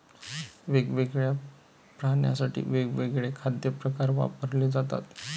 वेगवेगळ्या प्राण्यांसाठी वेगवेगळे खाद्य प्रकार वापरले जातात